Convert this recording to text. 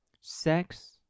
sex